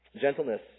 Gentleness